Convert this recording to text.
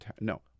No